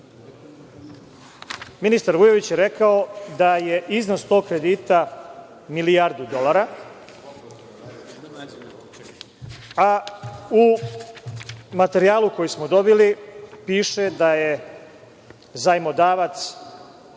Ministar Vujović je rekao da je iznos tog kredita milijardu dolara, a u materijalu koji smo dobili piše da je zajmodavac